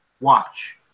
Watch